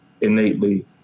innately